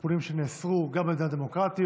טיפולים שנאסרו גם במדינות דמוקרטיות.